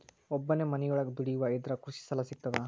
ಒಬ್ಬನೇ ಮನಿಯೊಳಗ ದುಡಿಯುವಾ ಇದ್ರ ಕೃಷಿ ಸಾಲಾ ಸಿಗ್ತದಾ?